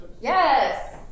Yes